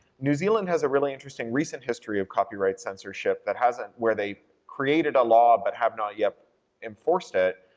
new zealand has a really interesting recent history of copyright censorship that hasn't, where they created a law but have not yet enforced it,